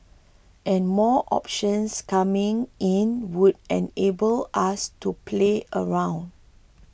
and more options coming in would enable us to play around